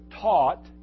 taught